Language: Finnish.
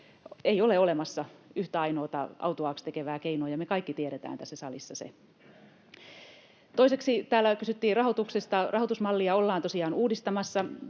Ei ole olemassa yhtä ainoata autuaaksi tekevää keinoa, ja me kaikki tiedetään tässä salissa se. Toiseksi täällä kysyttiin rahoituksesta: Rahoitusmallia ollaan tosiaan uudistamassa,